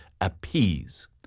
appease